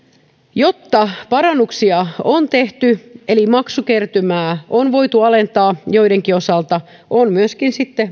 jotta parannuksia on voitu tehdä eli maksukertymää on voitu alentaa joidenkin osalta on maksukertymää myöskin sitten